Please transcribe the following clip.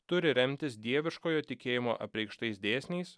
turi remtis dieviškojo tikėjimo apreikštais dėsniais